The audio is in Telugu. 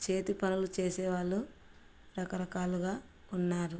చేతి పనులు చేసేవాళ్ళు రకరకాలుగా ఉన్నారు